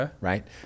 right